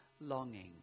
longing